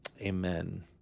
amen